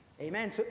Amen